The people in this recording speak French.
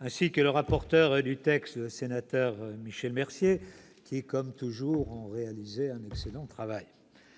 ainsi que le rapporteur du texte, M. Michel Mercier, qui, comme toujours, ont réalisé un excellent travail.